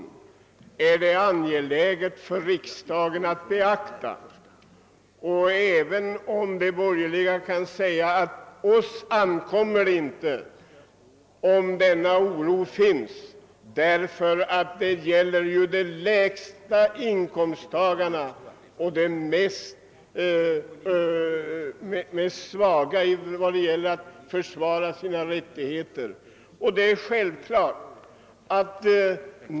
De borgerliga kan säga att de inte bryr sig om denna oro, eftersom det är fråga om de lägsta inkomsttagarna och de svagare i samhället som har svårt att försvara sina rättigheter.